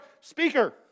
speaker